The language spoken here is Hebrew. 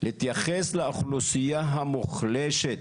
להתייחס לאוכלוסייה המוחלשת